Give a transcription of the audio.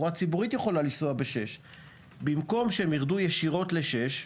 - יכולה לנסוע בכביש 6. במקום שהם ירדו ישירות לכביש 6,